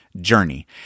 journey